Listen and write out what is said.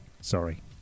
Sorry